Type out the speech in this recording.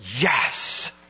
yes